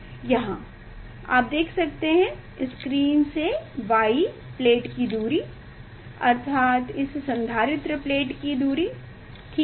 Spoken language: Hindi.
यहाँ आप देख सकते हैं स्क्रीन से Y प्लेट की दूरी अर्थात इस संधारित्र प्लेट की दूरी ठीक है